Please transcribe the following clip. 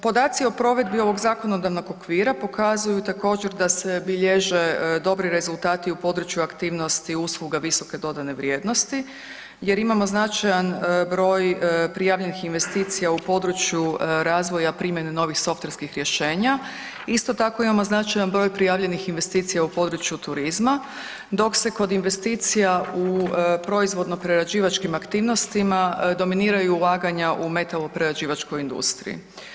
Podaci o provedi ovog zakonodavnog okvira pokazuju također da se bilježe dobri rezultati u području aktivnosti usluga visoke dodane vrijednosti jer imamo značajan broj prijavljenih investicija u području razvoja primjene novih softverskih rješenja, isto tako imamo značajan broj prijavljenih investicija u području turizma dok se kod investicija u proizvodno-prerađivačkim aktivnosti dominiraju ulaganja u metaloprerađivačkoj industriji.